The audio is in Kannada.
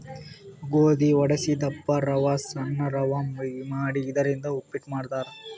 ಗೋಧಿ ವಡಸಿ ದಪ್ಪ ರವಾ ಸಣ್ಣನ್ ರವಾ ಮಾಡಿ ಇದರಿಂದ ಉಪ್ಪಿಟ್ ಮಾಡ್ತಾರ್